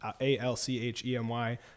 A-L-C-H-E-M-Y